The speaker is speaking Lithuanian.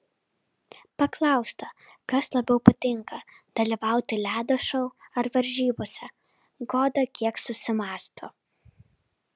paklausta kas labiau patinka dalyvauti ledo šou ar varžybose goda kiek susimąsto